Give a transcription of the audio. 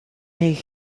make